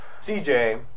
CJ